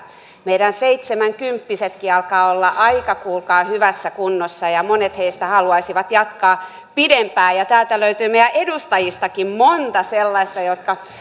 meidän seitsemänkymppisetkin alkavat olla kuulkaa aika hyvässä kunnossa ja ja monet heistä haluaisivat jatkaa pidempään täältä löytyy meidän edustajistakin monta sellaista jotka